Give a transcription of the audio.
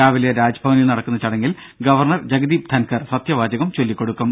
രാവിലെ രാജ്ഭവനിൽ നടക്കുന്ന ചടങ്ങിൽ ഗവർണർ ജഗദീപ് ധൻകർ സത്യവാചകം ചൊല്ലിക്കൊടുക്കും